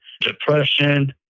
depression